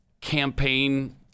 campaign